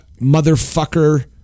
motherfucker